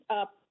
up